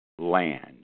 land